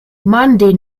monday